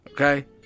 okay